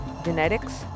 genetics